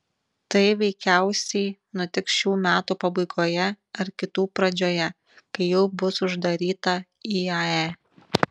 tai veikiausiai nutiks šių metų pabaigoje ar kitų pradžioje kai jau bus uždaryta iae